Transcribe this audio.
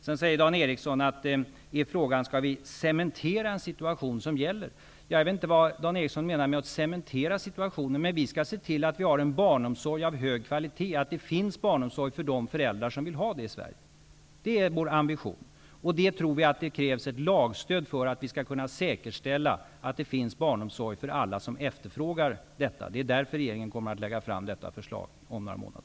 Sedan undrar Dan Ericsson om vi skall cementera en situation som gäller. Jag vet inte vad Dan Ericsson menar med att cementera situationen, men vi skall se till att vi har en barnomsorg av hög kvalitet och att det finns barnomsorg för de föräldrar som vill ha det i Sverige. Det är vår ambition. Vi tror att det krävs ett lagstöd för att vi skall kunna säkerställa att det finns barnomsorg för alla som efterfrågar detta. Det är därför regeringen kommer att lägga fram detta förslag om några månader.